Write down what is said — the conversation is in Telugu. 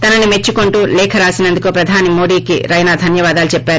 తనను మెచ్చుకుంటూ లేఖ రాసినందుకు ప్రధాని మోడికి రైనా ధన్యవాదాలు చెప్పారు